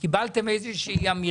קיבלתם איזו שהיא אמירה?